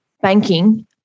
banking